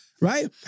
right